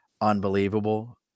unbelievable